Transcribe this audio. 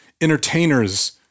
entertainers